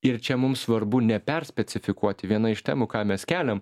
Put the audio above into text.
ir čia mums svarbu neperspecifikuoti viena iš temų ką mes keliam